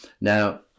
now